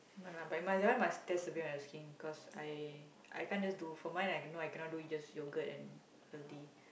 no lah but my one that one must test a bit on your skin cause I I can't just do for mine no I cannot do it just yogurt and